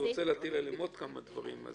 רוצה להטיל עליהם עוד כמה דברים,